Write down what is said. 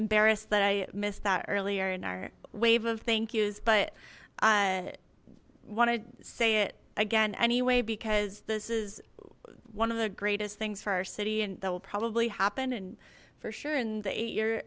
embarrassed that i missed that earlier in our wave of thank yous but i want to say it again anyway because this is one of the greatest things for our city and that will probably happen and for sure in the eighth year